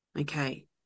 Okay